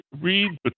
read